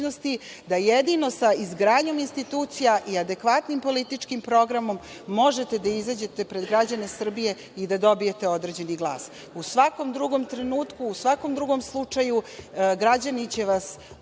da jedino sa izgradnjom institucija i adekvatnim političkim programom, možete da izađete pred građane Srbije i da dobijete određeni glas. U svakom drugom trenutku, u svakom drugom slučaju, građani će vas jako